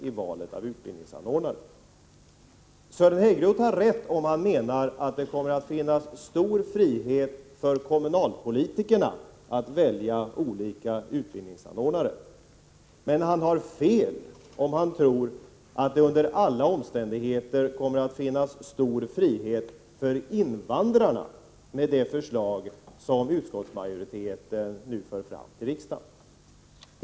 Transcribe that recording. Sören Häggroth har rätt, om han menar att det kommer att finnas stor frihet för kommunalpolitikerna att välja olika utbildningsanordnare, men han har fel om han tror att det under alla omständigheter kommer att finnas stor frihet för invandrarna, om det förslag genomförs som utskottsmajoriteten nu för fram till riksdagen.